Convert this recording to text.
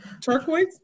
Turquoise